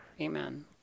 Amen